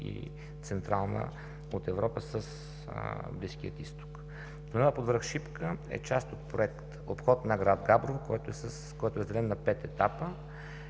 и Централна част от Европа с Близкия Изток. Тунелът под връх Шипка е част от проект „Обход на град Габрово“, който е разделен на пет етапа